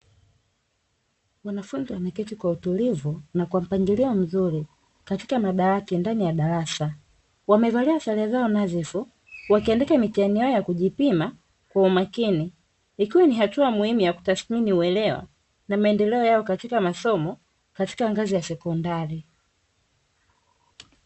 Wanafunzi wameketi kwa utulivu na kwa mpangilio mzuri, katika madawati ndani ya darasa, wamevalia sare zao nadhifu wakiandika mitihani yao ya kujipima kwa umakini, ikiwa ni hatua muhimu ya kutathimini uelewa na maendeleo yao katika masomo, katika ngazi ya sekondari.